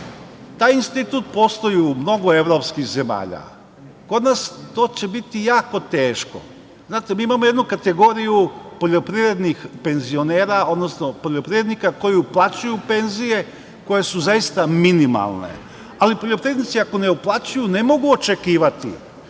Taj institut postoji u mnogo evropskih zemalja. Kod nas će to biti jako teško. Znate, mi imamo jednu kategoriju poljoprivrednih penzionera, odnosno poljoprivrednika koji uplaćuju penzije koje su zaista minimalne, ali poljoprivrednici ako ne uplaćuju ne mogu očekivati